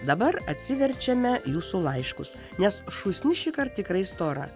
dabar atsiverčiame jūsų laiškus nes šūsnis šįkart tikrai stora